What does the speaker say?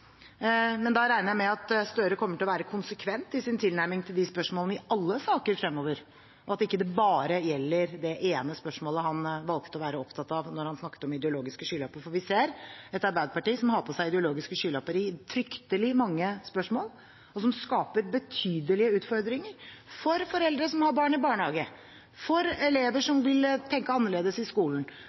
Da regner jeg med at representanten Gahr Støre kommer til å være konsekvent i sin tilnærming til spørsmålene i alle saker fremover, og at det ikke bare gjelder det ene spørsmålet han valgte å være opptatt av da han snakket om ideologiske skylapper. For vi ser et Arbeiderparti som har på seg ideologiske skylapper i fryktelig mange spørsmål, noe som skaper betydelige utfordringer – for foreldre som har barn i barnehage, for elever som vil tenke annerledes i skolen,